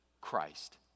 Christ